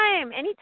anytime